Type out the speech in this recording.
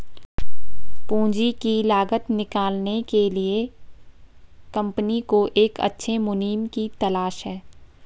पूंजी की लागत निकालने के लिए कंपनी को एक अच्छे मुनीम की तलाश है